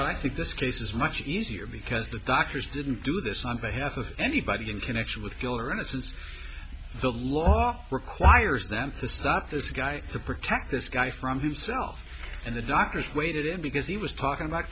if i think this case is much easier because the doctors didn't do this on behalf of anybody in connection with killer innocence the law requires them to stop this guy to protect this guy from himself and the doctors waited because he was talking about